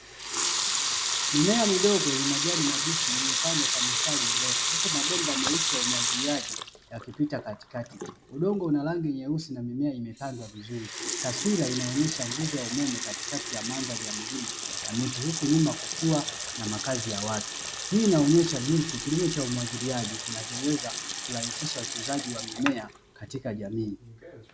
Mimea midogo yenye majani mabichi iliyopandwa kwa mistari mirefu huku mabomba meusi ya umwagiliaji yakipita katukati, udongo una rangi nyeusi na mimea imepandwa vizuri. Taswira inaonyesha nguzo ya umeme katikati ya mandhari ya milima na miti huku nyuma kukiwa na makazi ya watu. Hii inaonyesha jinsi kilimo cha umwagiliaji kinavyoweza kurahisisha ukuzaji wa mimea katika jamii.